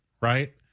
right